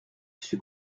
suis